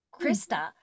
Krista